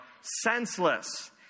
senseless